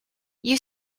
you